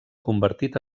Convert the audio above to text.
convertit